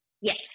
Yes